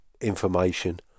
information